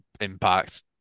Impact